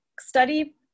study